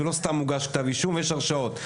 ולא סתם הוגש כתב אישום ויש הרשעות.